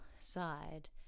side